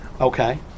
Okay